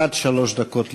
עד שלוש דקות לרשותך.